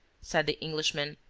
said the englishman,